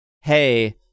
hey